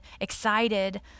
excited